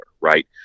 right